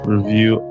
Review